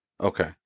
Okay